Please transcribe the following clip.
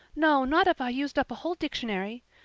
no, not if i used up a whole dictionary.